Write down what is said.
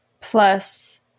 plus